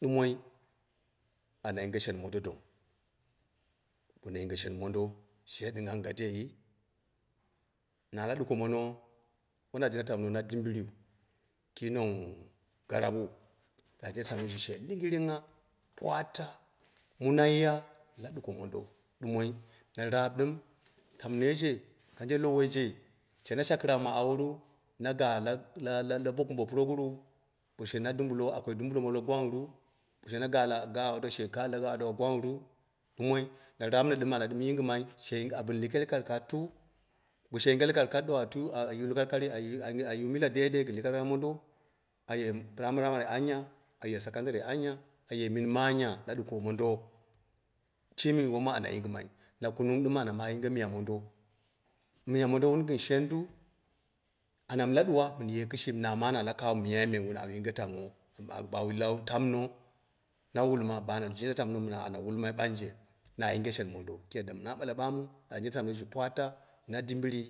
ɗumoi ana yinge shen mondo dong, bono yinge shen mondo, she ɗingannga ɗei? Na la ɗuko mono, wona jinda tamno na dimbɨriu, ki nongng garapu, na jinda tamno ji she li9ngiringngha, pwaatta munaiya la ɗuko mondo ɗumoi na raap ɗɨm, tamnoi je kanje lowoije, she na shakirak ma aworu na ga la bo kumbo puroguru? She na dumbulo kwai bo dumbolo mondo gwangru? Bo she na ga la gaawi adda? She ga la gaawi addu'a, she da gwanra? Ɗumoi na raapni ɗɨm ana ɗim yimgimai she, ata ɗɨm yinge likalikattu? Bo yinge likalikat ɗo a tu yu ayu ayu mila diyanjde gɨn likalikat mondo, a ye primary anya? Aye secondary anya, aje minmi anya la duko mondo shimi wom ana yingɨmai. Na kunung ɗɨm ana ma yinge miya mondo, miya mondo wun gɨn shenda? Ana mɨ la ɗuwa mɨn ye kishimi mama ne la kamo miyaima mu ama yinge tamno ba awu lau tamno na wulma bo ana jinda tamo mɨ na ana wulma ɓange, na yinge shen mondo kiim yadda na ɓala ɓamu, na jinda tamno mi she praatta woi na dimbiriu.